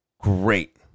great